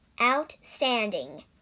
Outstanding